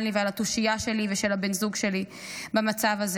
ועל התושייה שלי ושל בן הזוג שלי במצב הזה.